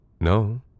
No